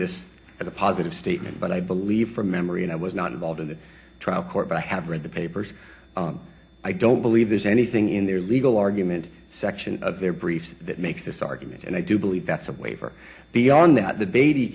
this as a positive statement but i believe from memory and i was not involved in the trial court but i have read the papers i don't believe there's anything in their legal argument section of their briefs that makes this argument and i do believe that's a waiver beyond that the baby